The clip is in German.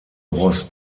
ross